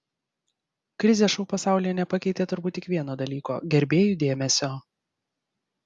krizė šou pasaulyje nepakeitė turbūt tik vieno dalyko gerbėjų dėmesio